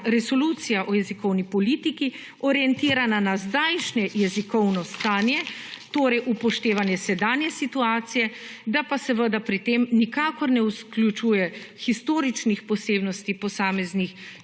resolucija o jezikovni politiki orientirana na zdajšnje jezikovno stanje. Torej, upoštevanje sedanje situacije. Da pa seveda pri tem nikakor ne vključuje historičnih posebnosti posameznih